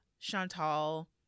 Chantal